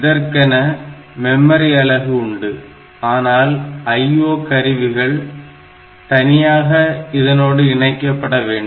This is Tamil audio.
இதற்கென மெமரி அலகு உண்டு ஆனால் IO கருவிகள் தனியாக இதனோடு இணைக்கப்பட வேண்டும்